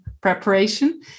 preparation